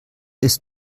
ist